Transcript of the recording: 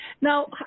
Now